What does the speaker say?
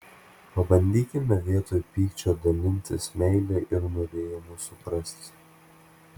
pabandykime vietoj pykčio dalintis meile ir norėjimu suprasti